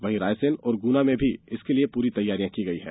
वहीं रायसेन और गुना में भी इसके लिए पूरी तैयारियां की गई है